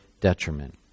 detriment